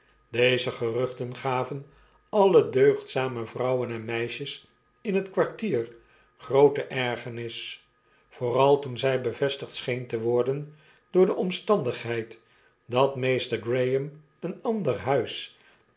deze geruchten gaven alle deugdzame vrouwen en meisjes in het kwartier groote ergernis vooral toen zy bevestigd scheen te worden door de omstandigheid dat meester graham een ander huis